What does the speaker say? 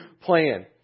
plan